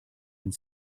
and